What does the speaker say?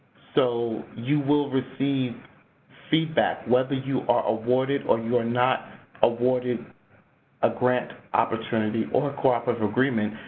so, you will receive feedback. whether you are awarded or you're not awarded a grant opportunity or a cooperative agreement,